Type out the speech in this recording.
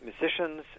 musicians